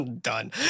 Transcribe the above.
done